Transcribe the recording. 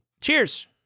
cheers